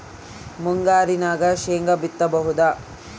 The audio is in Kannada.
ಮುಂಗಾರಿನಾಗ ಶೇಂಗಾ ಬಿತ್ತಬಹುದಾ?